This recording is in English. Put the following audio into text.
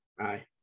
aye